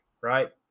right